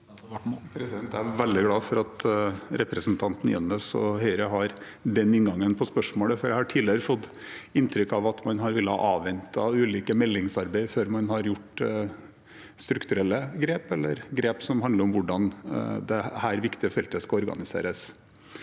Jeg er veldig glad for at representanten Jønnes og Høyre har den inngangen på spørsmålet, for jeg har tidligere fått inntrykk av at man har villet avvente ulike meldingsarbeid før man har gjort strukturelle grep, grep som handler om hvordan dette viktige feltet skal organiseres.